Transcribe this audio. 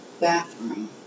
bathroom